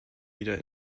wieder